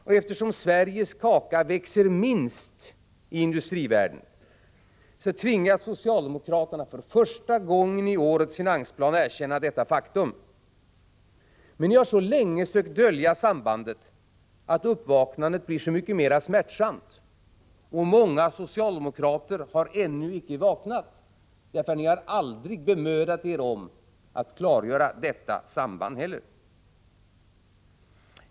Och eftersom Sveriges kaka är den som växer minst i industrivärlden tvingas socialdemokraterna i årets finansplan för första gången att erkänna detta faktum. Men ni har så länge sökt dölja sambandet, att uppvaknandet blir ännu mera smärtsamt. Och många socialdemokrater har ännu icke vaknat, därför att ni aldrig har bemödat er om att klargöra detta samband.